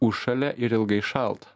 užšąlia ir ilgai šalt